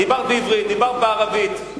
דיברת בעברית, דיברת בערבית,